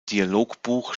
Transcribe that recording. dialogbuch